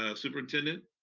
ah superintendent.